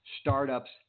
Startups